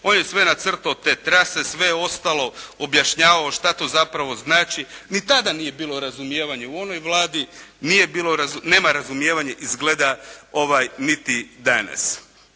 On je sve nacrtao te trase, sve ostalo objašnjavao što to zapravo znači. Ni tada nije bilo razumijevanje u onoj Vladi, nema razumijevanja izgleda niti danas.